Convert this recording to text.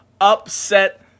upset